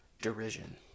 derision